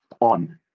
on